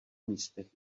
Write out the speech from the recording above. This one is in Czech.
místech